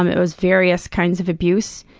um it was various kinds of abuse,